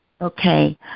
Okay